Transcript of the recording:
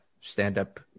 stand-up